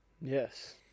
Yes